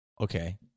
Okay